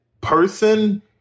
person